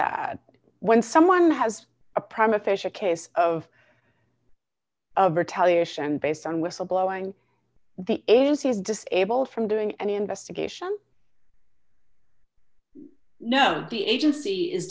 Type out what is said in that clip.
that when someone has a prime a fish a case of retaliation based on whistle blowing the agency is disabled from doing an investigation no the agency is